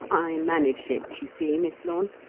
i managed it, you see, miss lorne,